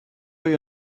you